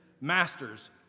master's